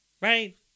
Right